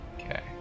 Okay